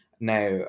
Now